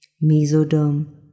Mesoderm